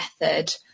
method